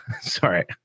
Sorry